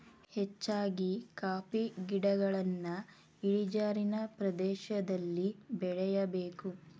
ಹೆಚ್ಚಾಗಿ ಕಾಫಿ ಗಿಡಗಳನ್ನಾ ಇಳಿಜಾರಿನ ಪ್ರದೇಶದಲ್ಲಿ ಬೆಳೆಯಬೇಕು